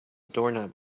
doorknob